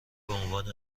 بعنوان